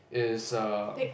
is uh